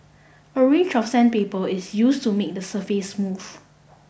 a range of sandpaper is used to make the surface smooth